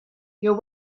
your